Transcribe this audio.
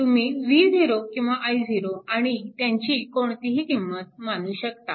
तुम्ही V0 किंवा i0 आणि त्यांची कोणतीही किंमत मानू शकता